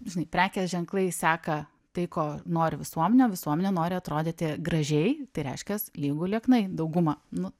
žinai prekės ženklai seka tai ko nori visuomenė o visuomenė nori atrodyti gražiai tai reiškias lygu lieknai dauguma nu